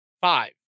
five